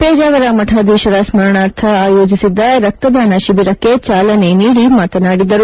ಪೇಜಾವರ ಮಠಾಧೀಶರ ಸ್ಮರಣಾರ್ಥ ಆಯೋಜಿಸಿದ್ದ ರಕ್ತದಾನ ಶಿಬಿರಕ್ಕೆ ಚಾಲನೆ ನೀಡಿ ಮಾತನಾಡಿದರು